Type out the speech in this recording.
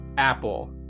apple